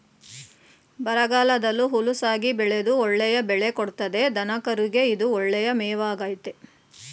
ಬರಗಾಲದಲ್ಲೂ ಹುಲುಸಾಗಿ ಬೆಳೆದು ಒಳ್ಳೆಯ ಬೆಳೆ ಕೊಡ್ತದೆ ದನಕರುಗೆ ಇದು ಒಳ್ಳೆಯ ಮೇವಾಗಾಯ್ತೆ